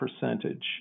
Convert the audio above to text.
percentage